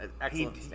excellent